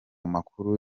makuru